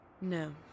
No